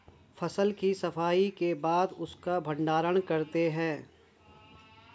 फसल की सफाई के बाद उसका भण्डारण करते हैं